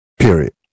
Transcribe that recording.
period